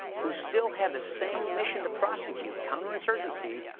who still have the same mission to prosecute, counterinsurgency,